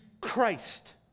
Christ